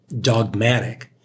dogmatic